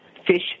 fish